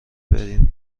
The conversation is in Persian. بریم